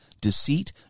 deceit